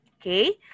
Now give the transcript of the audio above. okay